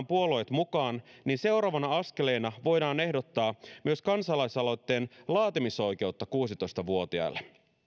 puolueet mukaan niin seuraavana askeleena voidaan ehdottaa myös kansalaisaloitteen laatimisoikeutta kuusitoista vuotiaille